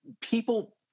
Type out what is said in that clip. people